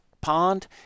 pond